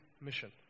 mission